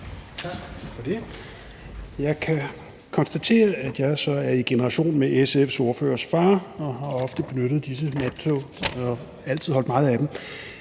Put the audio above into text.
Jeg kan konstatere, at jeg så er i generation med SF's ordførers far. Jeg har ofte benyttet disse nattog og altid holdt meget af dem.